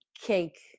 cake